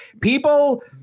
People